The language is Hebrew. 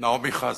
נעמי חזן,